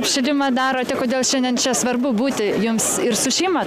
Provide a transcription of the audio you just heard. apšilimą darote kodėl šiandien čia svarbu būti jums ir su šeima